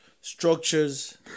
structures